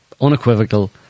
unequivocal